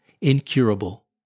incurable